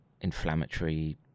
inflammatory